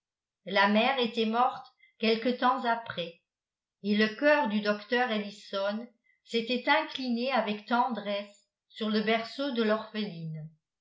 la mère était morte quelque temps après et le cœur du docteur ellison s'était incliné avec tendresse sur le berceau de l'orpheline